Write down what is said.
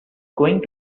going